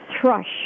thrush